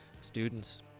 students